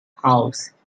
house